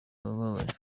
abababaye